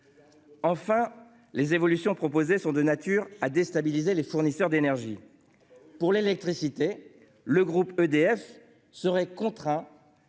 Enfin les évolutions proposées sont de nature à déstabiliser les fournisseurs d'énergie. Pour l'électricité. Le groupe EDF seraient contraints